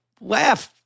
laugh